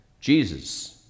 Jesus